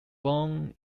born